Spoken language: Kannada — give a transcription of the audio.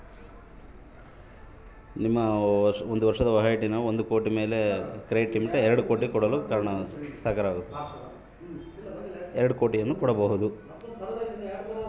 ನನ್ನ ಒಂದು ವರ್ಷದ ವಹಿವಾಟು ಒಂದು ಕೋಟಿ ಮೇಲೆ ಐತೆ ಹೇಗಾಗಿ ನನಗೆ ಕ್ರೆಡಿಟ್ ಲಿಮಿಟ್ ಎಷ್ಟು ಕೊಡ್ತೇರಿ?